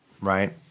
right